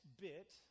bit